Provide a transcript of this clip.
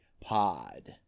Pod